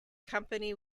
company